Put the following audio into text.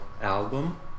album